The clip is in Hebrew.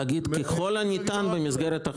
להגיד: ככל הניתן במסגרת החוק.